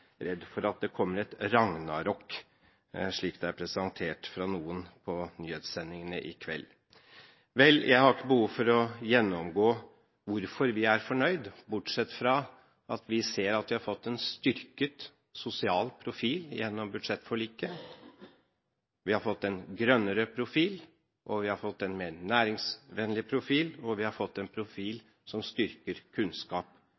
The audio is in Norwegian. redd for at det kommer et ragnarok, slik det er presentert fra noen på nyhetssendingene i kveld. Jeg har ikke behov for å gjennomgå hvorfor vi er fornøyd, bortsett fra at vi ser at vi har fått en styrket sosial profil gjennom budsjettforliket. Vi har fått en grønnere profil, vi har fått en mer næringsvennlig profil, og vi har fått en profil som styrker kunnskap